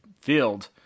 field